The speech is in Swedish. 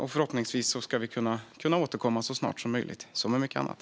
Förhoppningsvis ska vi kunna återkomma så snart som möjligt, som med mycket annat.